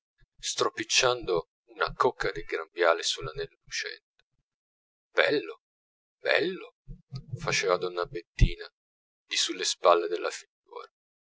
stropicciando una cocca del grembiale sull'anello lucente bello bello faceva donna bettina di sulle spalle della figliuola